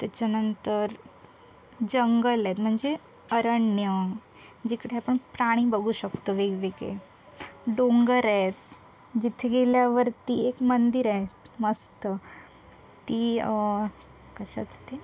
त्याच्यानंतर जंगल आहे म्हणजे अरण्य जिकडे आपण प्राणी बघू शकतो वेगवेगळे डोंगर आहेत जिथे गेल्यावरती एक मंदिर आहे मस्त ती कशाचं ते